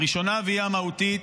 הראשונה, והיא המהותית,